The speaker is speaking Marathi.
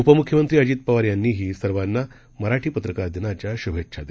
उपमुख्यमंत्री अजित पवार यांनीही सर्वांना मराठी पत्रकार दिनाच्या शुभेच्छा दिल्या आहेत